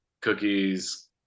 cookies